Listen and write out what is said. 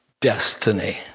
destiny